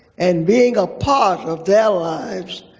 and being a part of their lives.